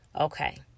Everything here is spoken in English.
Okay